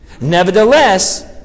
nevertheless